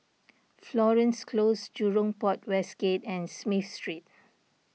Florence Close Jurong Port West Gate and Smith Street